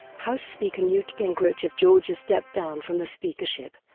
house speaker newt gingrich of georgia stepped down from the speakership